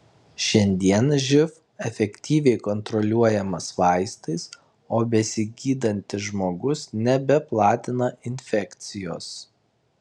šiandien živ efektyviai kontroliuojamas vaistais o besigydantis žmogus nebeplatina infekcijos